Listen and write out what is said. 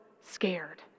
scared